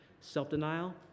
Self-denial